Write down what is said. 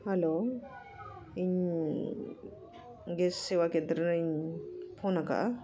hello ᱤᱧ gas ᱥᱮᱵᱟ ᱠᱮᱱᱫᱨᱚ ᱨᱤᱧ ᱯᱷᱳᱱ ᱟᱠᱟᱫᱼᱟ